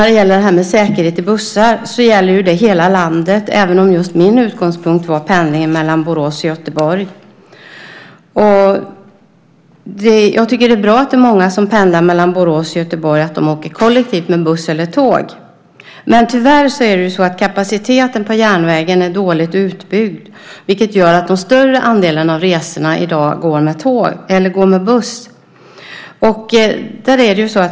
Det här med säkerhet i bussar gäller ju i hela landet, även om just min utgångspunkt var pendlingen mellan Borås och Göteborg. Jag tycker att det är bra att det är många som pendlar mellan Borås och Göteborg och att de åker kollektivt med buss eller tåg. Men tyvärr är kapaciteten på järnvägen dåligt utbyggd, vilket gör att den större andelen av resorna i dag går med buss.